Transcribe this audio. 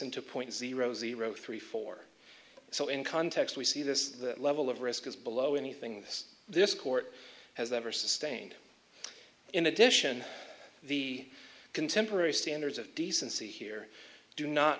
into point zero zero three four so in context we see this that level of risk is below anything this this court has ever sustained in addition the contemporary standards of decency here do not